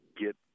get